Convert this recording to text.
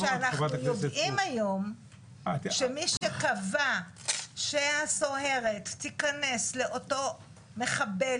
-- משום שאנחנו יודעים היום שמי שקבע שהסוהרת תיכנס לאותו מחבל,